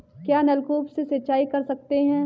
क्या नलकूप से सिंचाई कर सकते हैं?